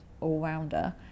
all-rounder